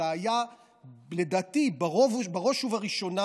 אלא היה לדעתי בראש ובראשונה,